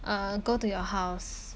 err go to your house